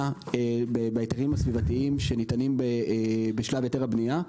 בהיתרים הסביבתיים שניתנים בשלב היתר הבנייה.